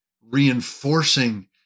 reinforcing